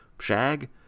Shag